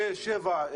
שש-שבע,